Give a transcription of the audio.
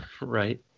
Right